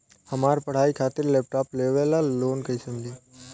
हमार पढ़ाई खातिर लैपटाप लेवे ला लोन कैसे मिली?